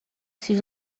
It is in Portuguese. seus